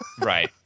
Right